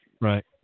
Right